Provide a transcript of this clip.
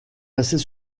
assez